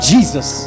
Jesus